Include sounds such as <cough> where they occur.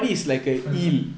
<laughs>